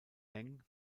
eng